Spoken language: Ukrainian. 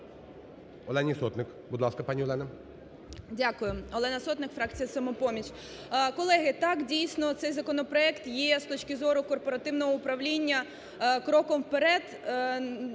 Олені Сотник. Будь ласка, пані Олено.